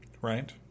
Right